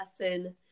lesson